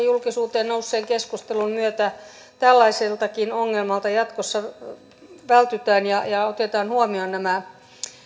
julkisuuteen nousseen keskustelun myötä tällaiseltakin ongelmalta jatkossa vältytään ja ja otetaan huomioon nämä